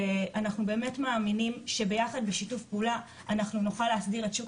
ואנחנו באמת מאמינים שביחד בשיתוף פעולה נוכל להסדיר את שוק